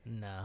No